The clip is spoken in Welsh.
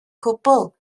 cwbl